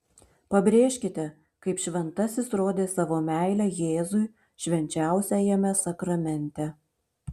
pabrėžkite kaip šventasis rodė savo meilę jėzui švenčiausiajame sakramente